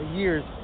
years